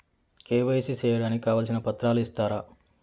KYC సేయడానికి కావాల్సిన పత్రాలు ఇస్తారా?